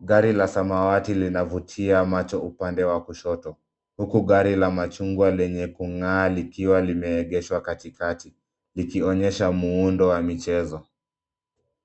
Gari la samawati linavutia macho upande wa kushoto huku gari la machungwa lenye kung'aa likiwa limeegeshwa katikati; likionyesha muundo wa michezo.